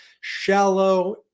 shallow